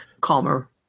calmer